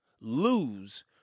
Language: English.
lose